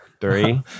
Three